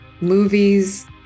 movies